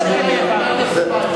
אתם יכולים להיפגש בוועדות.